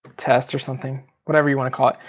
test or something, whatever you want to call it.